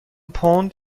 پوند